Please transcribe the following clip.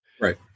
Right